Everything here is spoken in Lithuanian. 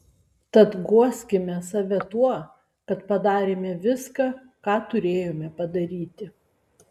tad guoskime save tuo kad padarėme viską ką turėjome padaryti